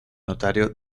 notario